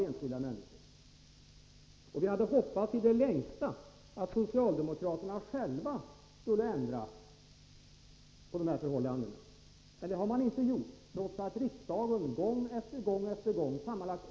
Justitieministerns klarar sig på egen hand.